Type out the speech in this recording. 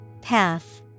Path